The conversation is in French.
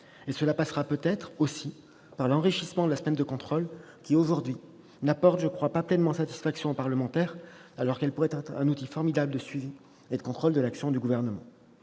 Cela passera peut-être, aussi, par l'enrichissement de la semaine de contrôle, qui n'apporte aujourd'hui pas pleinement satisfaction aujourd'hui aux parlementaires, alors qu'elle pourrait être un outil formidable de suivi et de contrôle de l'action du Gouvernement.